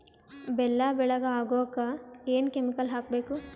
ಬೆಲ್ಲ ಬೆಳಗ ಆಗೋಕ ಏನ್ ಕೆಮಿಕಲ್ ಹಾಕ್ಬೇಕು?